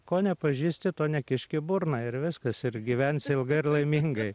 ko nepažįsti to nekišk į burną ir viskas ir gyvensi ilgai ir laimingai